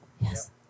Yes